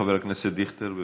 חבר הכנסת דיכטר יסכם,